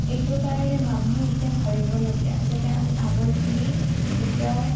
এইটোৰ কাৰণে মানুহে এতিয়া ভাবিবলগীয়া যাতে আমি আগৰখিনি এতিয়াও